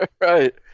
Right